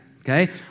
okay